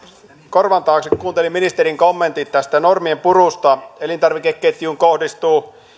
korvan taakse kun kuuntelin ministerin kommentit tästä normien purusta elintarvikeketjuun kohdistuu